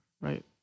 right